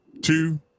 two